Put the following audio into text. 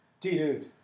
Dude